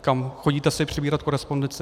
Kam si chodíte přebírat korespondenci?